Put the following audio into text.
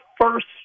first